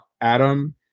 Adam